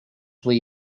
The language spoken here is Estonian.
või